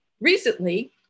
Recently